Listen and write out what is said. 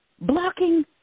blocking